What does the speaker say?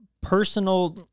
personal